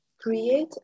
create